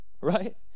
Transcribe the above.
Right